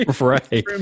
right